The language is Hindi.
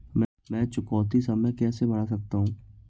मैं चुकौती समय कैसे बढ़ा सकता हूं?